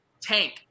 tank